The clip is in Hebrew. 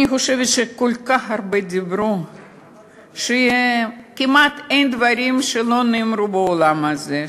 אני חושבת שכל כך הרבה דיברו שכמעט אין דברים שלא נאמרו באולם הזה,